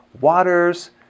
waters